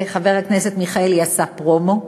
וחבר הכנסת מיכאלי עשה פרומו,